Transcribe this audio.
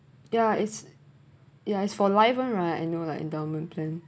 ya it's ya it's for live [one] right I know lah endowment plan